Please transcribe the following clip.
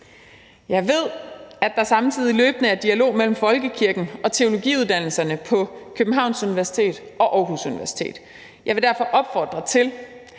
Jeg ved, at der samtidig løbende er dialog mellem folkekirken og teologiuddannelserne på Københavns Universitet og Aarhus Universitet. Jeg vil derfor opfordre til,